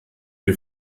die